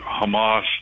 Hamas